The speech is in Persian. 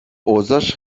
اوضاش